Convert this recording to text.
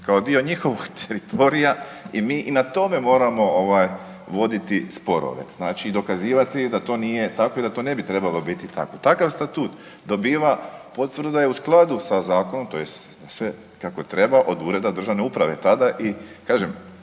kao dio njihovog teritorija i mi i na tome moramo ovaj, voditi sporove, znači, dokazivati da to nije tako i da to ne bi trebalo biti tako. Takav statut dobiva potvrdu da je u skladu sa zakonom, tj. sve kako treba od Ureda državne uprave, tada i kažem,